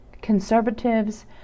Conservatives